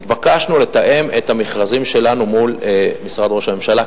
נתבקשנו לתאם את המכרזים שלנו מול משרד ראש הממשלה.